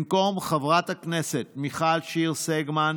במקום חברת הכנסת מיכל שיר סגמן,